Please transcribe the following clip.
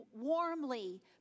warmly